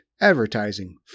Advertising